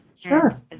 Sure